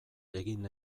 egin